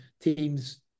Teams